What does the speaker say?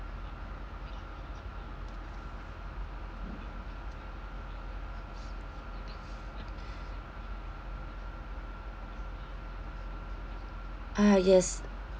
ah yes